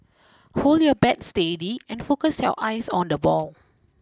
hold your bat steady and focus your eyes on the ball